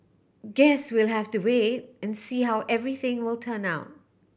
guess we'll have to wait and see how everything will turn out